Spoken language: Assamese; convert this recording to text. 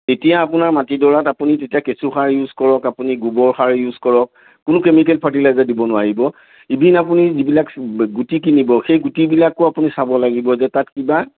তেতিয়া আপোনাৰ মাটিডৰাত আপুনি তেতিয়া কেঁচুসাৰ ইউজ কৰক আপুনি গোবৰ সাৰ ইউজ কৰক কোনো কেমিকেল ফাৰ্টিলাইজাৰ দিব নোৱাৰিব ইভেন আপুনি যিবিলাক গুটি কিনিব সেই গুটিবিলাকো আপুনি চাব লাগিব যে তাত কিবা